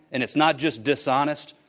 and it's not just dishonest,